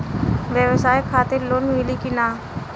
ब्यवसाय खातिर लोन मिली कि ना?